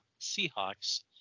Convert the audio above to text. Seahawks